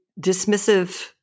dismissive